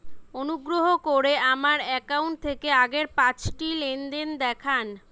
অনুগ্রহ করে আমার অ্যাকাউন্ট থেকে আগের পাঁচটি লেনদেন দেখান